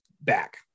back